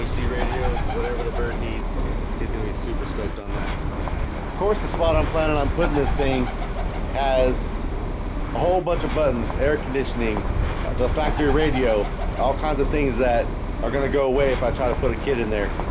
radio whatever the bird needs he's gonna be super stoked on that of course the spot i'm planning on putting this thing has a whole bunch of buttons air conditioning the factory radio all kinds of things that are gonna go away if i try to put a kid in there?